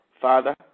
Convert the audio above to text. Father